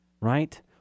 right